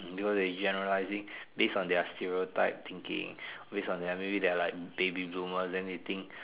because they generalizing based on their stereotype thinking based on their maybe they are like baby bloomers then they think